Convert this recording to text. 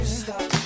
stop